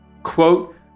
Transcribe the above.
Quote